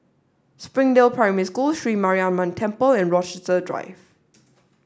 Springdale Primary School Sri Mariamman Temple and Rochester Drive